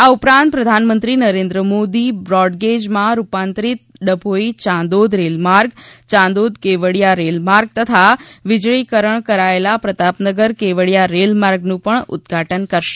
આ ઉપરાંત પ્રધાનમંત્રી નરેન્દ્ર મોદી બ્રોડગેજમાં રૂપાંતરીત ડભોઇ યાંદોદ રેલમાર્ગ યાંદોદ કેવડીયા રેલમાર્ગ તથા વીજળીકરણ કરાયેલા પ્રતાપનગર કેવડીયા રેલમાર્ગનું પણ ઉદ્દઘાટન કરશે